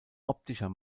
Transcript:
optischer